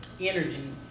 energy